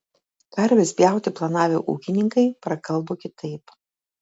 karves pjauti planavę ūkininkai prakalbo kitaip